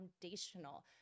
foundational